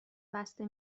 بسته